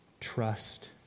trust